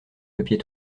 papier